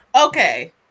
Okay